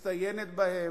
מצטיינת בהם.